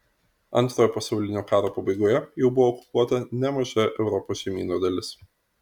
antrojo pasaulinio karo pabaigoje jau buvo okupuota nemaža europos žemyno dalis